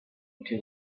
into